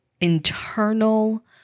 internal